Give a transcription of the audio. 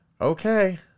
Okay